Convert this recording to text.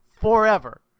forever